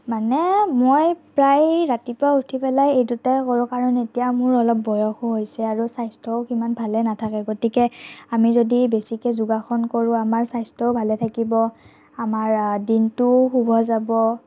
মানে মই প্ৰায় ৰাতিপুৱা উঠি পেলাই এই দুটাই কৰোঁ কাৰণ এতিয়া মোৰ অলপ বয়সো হৈছে আৰু স্বাস্থ্যও সিমান ভালে নাথাকে গতিকে আমি যদি বেছিকৈ যোগাসন কৰোঁ আমাৰ স্বাস্থ্যও ভালে থাকিব আমাৰ দিনটোও শুভ যাব